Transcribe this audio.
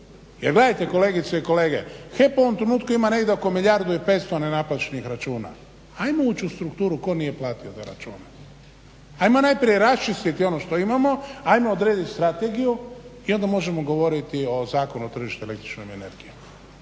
Jer gledajte, kolegice i kolege, HEP u ovom trenutku ima negdje oko milijardu i petsto nenaplaćenih računa. Ajmo ući u strukturu tko nije platio te račune. Ajmo najprije raščistiti ono što imamo, ajmo odrediti strategiju i onda možemo govoriti o Zakonu o tržištu električnom energijom.